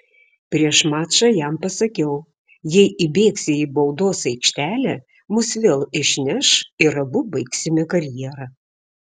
prieš mačą jam pasakiau jei įbėgsi į baudos aikštelę mus vėl išneš ir abu baigsime karjerą